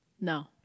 No